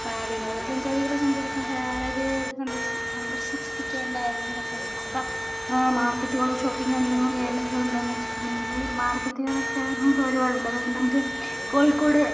വിനോദ സഞ്ചാരികൾ സഞ്ചരിക്ക അതായത് സഞ്ച സന്ദർശിച്ചിരിക്കേണ്ട ഏതെങ്കിലും പ്രശസ്ത മാർക്കറ്റുകളോ ഷോപ്പിംഗ് കേന്ദ്രങ്ങളോ കേരളത്തിൽ ഉണ്ടോ എന്ന് ചോദിച്ചിട്ടുണ്ടെങ്കിൽ മാർക്കറ്റുകളൊക്കെ നമുക്ക് ഒരുപാട് ഉണ്ട് അതായത് നമുക്ക് കോഴിക്കോട്